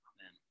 Amen